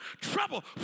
trouble